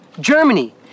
Germany